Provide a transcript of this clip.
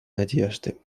надежды